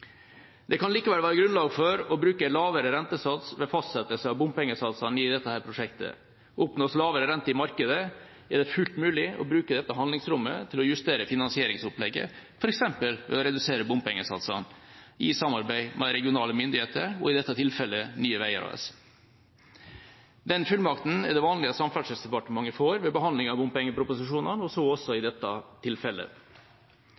Det kan likevel være grunnlag for å bruke en lavere rentesats ved fastsettelse av bompengesatsene i dette prosjektet. Oppnås lavere renter i markedet, er det fullt mulig å bruke dette handlingsrommet til å justere finansieringsopplegget, f.eks. ved å redusere bompengesatsene i samarbeid med regionale myndigheter og i dette tilfellet Nye Veier AS. Den fullmakten er det vanlig at Samferdselsdepartementet får ved behandling av bompengeproposisjoner, så også i